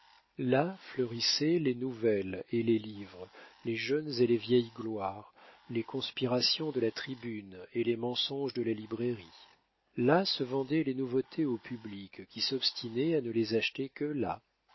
là fleurissaient les nouvelles et les livres les jeunes et les vieilles gloires les conspirations de la tribune et les mensonges de la librairie là se vendaient les nouveautés au public qui s'obstinait à ne les acheter que là